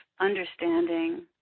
understanding